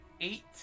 eight